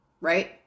Right